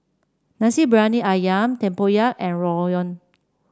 Nasi Briyani ayam tempoyak and rawon